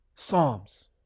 Psalms